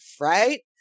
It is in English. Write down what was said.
right